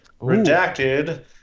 redacted